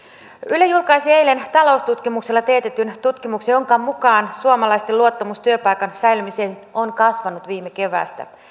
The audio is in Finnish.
yle julkaisi eilen taloustutkimuksella teetetyn tutkimuksen jonka mukaan suomalaisten luottamus työpaikan säilymiseen on kasvanut viime keväästä